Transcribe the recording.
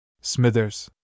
Smithers